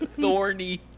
Thorny